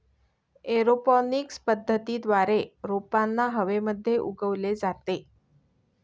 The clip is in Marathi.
एरोपॉनिक्स पद्धतीद्वारे रोपांना हवेमध्ये उगवले जाते